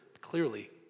clearly